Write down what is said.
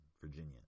Virginia